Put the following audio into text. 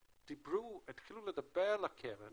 כשהתחילו לדבר על הקרן